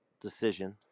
decision